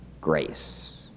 grace